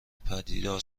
پدیدار